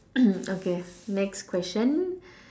okay next question